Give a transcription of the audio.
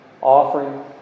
offering